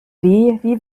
wie